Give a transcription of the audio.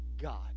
God